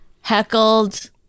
heckled